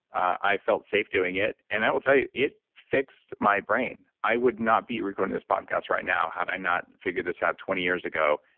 i felt safe doing it, and i will tell you, it fixed my brain. i would not be recording this podcast right now, had i not figured this out twenty years ago,